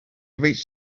reached